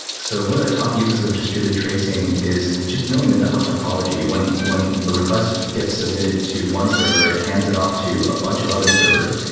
so one of the top uses of distributed tracing is just knowing the network topology. when a a request gets submitted to one server, it hands it off to a bunch of other servers.